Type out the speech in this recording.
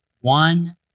one